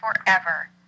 forever